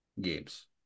games